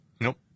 Nope